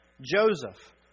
Joseph